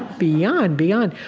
beyond, beyond,